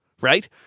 right